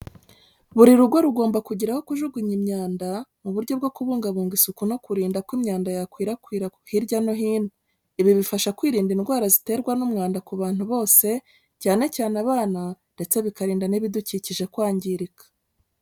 Buri rugo rugomba kugira aho kujugunya imyanda mu buryo bwo kubungabunga isuku no kurinda ko imyanda yakwirakwira hirya no hino. Ibi bifasha kwirinda indwara ziterwa n'umwanda ku bantu bose, cyane cyane abana ndetse bikarinda n'ibidukikije kwangirika.